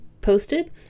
posted